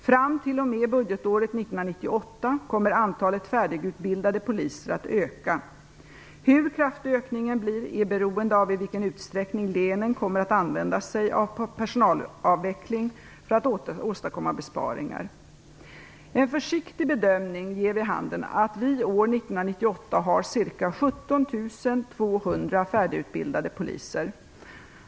Fram t.o.m. budgetåret 1998 kommer antalet färdigutbildade poliser att öka. Hur kraftig ökningen blir är beroende av i vilken utsträckning länen kommer att använda sig av personalavveckling för att åstadkomma besparingar. En försiktig bedömning ger vid handen att vi år 1998 har ca 17 200 färdigutbildade poliser.